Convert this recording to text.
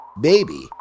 Baby